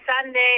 Sunday